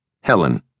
Helen